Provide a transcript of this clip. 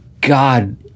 God